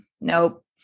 Nope